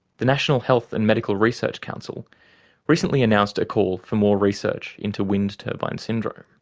the national health and medical research council recently announced a call for more research into wind turbine syndrome